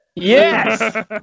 yes